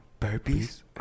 Burpees